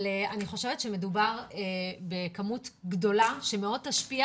אבל אני חושבת שמדובר בכמות גדולה שתשפיע